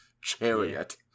chariot